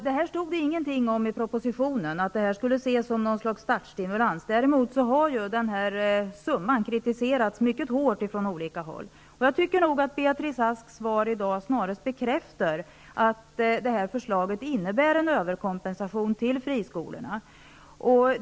Det stod ingenting i propositionen om att det skulle anses som en startstimulans. Summan, däremot, har kritiserat mycket kraftigt från olika håll. Beatrice Asks svar i dag bekräftar närmast att förslaget innebär en överkompensation till friskolorna.